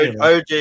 OG